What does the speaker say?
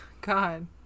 God